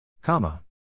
Comma